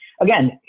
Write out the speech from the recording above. again